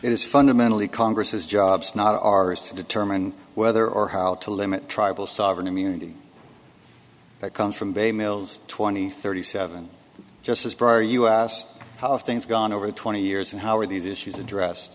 it is fundamentally congress's jobs not ours to determine whether or how to limit tribal sovereign immunity that comes from bay mills twenty thirty seven just as for us how things gone over twenty years and how are these issues addressed